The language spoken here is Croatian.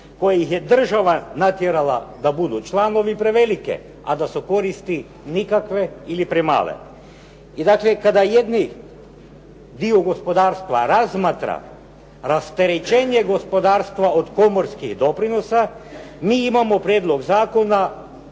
koje je država natjerala da budu članovi prevelike a da su koristi nikakve ili premale. I dakle, kada jedni dio gospodarstva razmatra rasterećenje gospodarstva od pomorskih doprinosa mi imamo prijedlog zakona